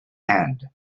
hand